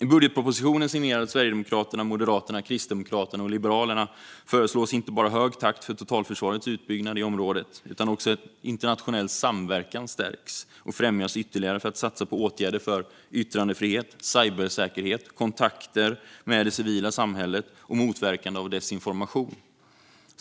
I budgetpropositionen signerad Sverigedemokraterna, Moderaterna, Kristdemokraterna och Liberalerna föreslås inte bara hög takt för totalförsvarets utbyggnad i området utan också att internationell samverkan stärks och främjas ytterligare för att satsa på åtgärder för yttrandefrihet, cybersäkerhet, kontakter med det civila samhället och motverkande av desinformation. Fru talman!